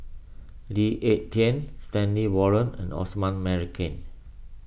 Lee Ek Tieng Stanley Warren and Osman Merican